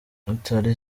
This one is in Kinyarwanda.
natalie